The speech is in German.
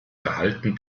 verhalten